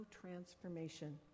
transformation